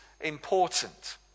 important